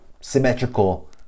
symmetrical